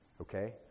okay